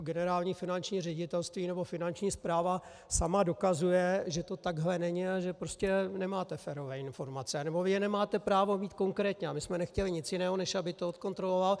Generální finanční ředitelství nebo Finanční správa sama dokazuje, že to takhle není a že prostě nemáte férové informace, nebo je nemáte právo mít konkrétně, a my jsme nechtěli nic jiného, než aby to odkontroloval.